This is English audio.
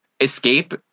escape